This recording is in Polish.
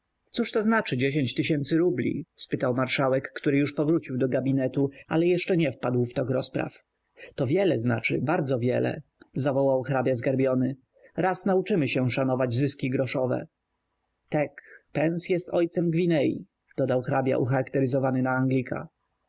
cóż to znaczy dziesięć tysięcy rubli spytał marszałek który już powrócił do gabinetu ale jeszcze nie wpadł w tok rozpraw to wiele znaczy bardzo wiele zawołał hrabia zgarbiony raz nauczymy się szanować zyski groszowe tek pens jest ojcem gwinei dodał hrabia ucharakteryzowany na